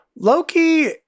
Loki